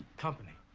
company.